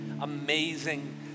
amazing